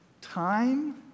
Time